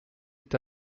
est